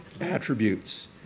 attributes